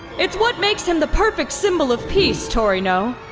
it's what makes him the perfect symbol of peace, torino.